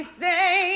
say